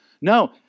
No